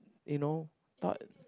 you know thought